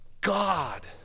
God